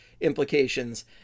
implications